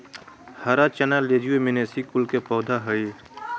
हरा चना लेज्युमिनेसी कुल के पौधा हई